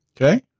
Okay